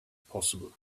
possible